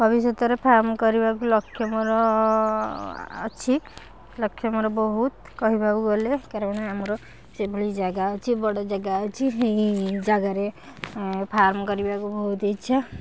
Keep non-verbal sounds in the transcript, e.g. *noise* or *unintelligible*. ଭବିଷ୍ୟତରେ ଫାର୍ମ କରିବାକୁ ଲକ୍ଷ୍ୟ ମୋର ଅଛି ଲକ୍ଷ୍ୟ ମୋର ବହୁତ କହିବାକୁ ଗଲେ କାରଣ ଆମର ସେଭଳି ଜାଗା ଅଛି ବଡ଼ ଜାଗା ଅଛି *unintelligible* ଜାଗାରେ ଫାର୍ମ କରିବାକୁ ବହୁତ ଇଚ୍ଛା